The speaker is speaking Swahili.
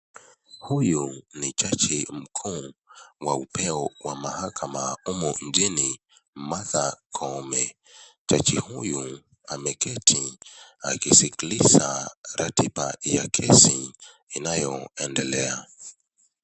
Huyu ni jaji mkuu wa upeo wa mahakama humu nchini Martha Koome, jaji huyu ameketi akisikiliza ratiba ya kesi inayoendelea.